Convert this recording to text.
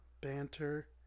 banter